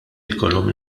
jkollhom